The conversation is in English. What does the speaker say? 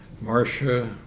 Marcia